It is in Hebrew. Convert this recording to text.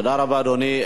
תודה רבה, אדוני.